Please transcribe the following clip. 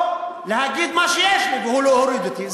או להגיד מה שיש לי והוא יוריד אותי.